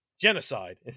genocide